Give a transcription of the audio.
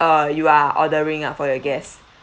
uh you are ordering ah for your guests